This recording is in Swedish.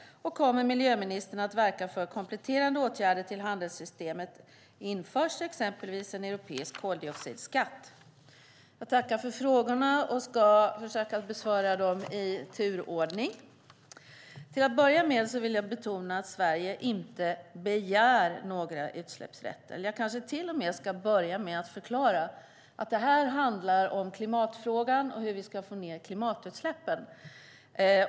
Kommer miljöministern att verka för att kompletterande åtgärder till handelssystemet införs, exempelvis en europeisk koldioxidskatt? Jag tackar för frågorna och ska försöka besvara dem i turordning. Till att börja med vill jag betona att Sverige inte begär några utsläppsrätter. Jag kanske till och med ska börja med att förklara att det här handlar om klimatfrågan och om hur vi ska få ned klimatutsläppen.